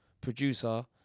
producer